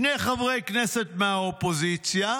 שני חברי כנסת מהאופוזיציה,